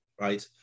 right